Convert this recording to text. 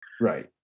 Right